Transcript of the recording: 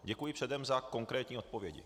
Děkuji předem za konkrétní odpovědi.